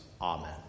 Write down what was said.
Amen